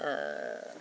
uh